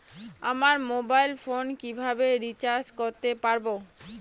আমার mobile phone কিভাবে recharge করতে পারব?